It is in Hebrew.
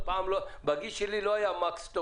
לפי העניין,